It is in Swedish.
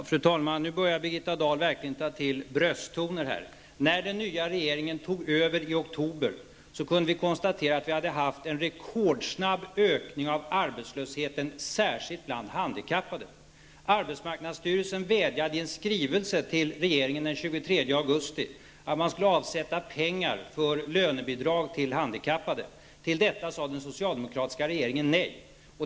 Fru talman! Nu börjar Birgitta Dahl verkligen ta till brösttoner. När den nya regeringen tog över i oktober kunde den konstatera att vi hade haft en rekordsnabb ökning av arbetslösheten, särskilt bland handikappade. Arbetsmarknadsstyrelsen vädjade i en skrivelse till regeringen den 23 augusti att man skulle avsätta pengar för lönebidrag till handikappade. Härtill sade den socialdemokratiska regeringen nej.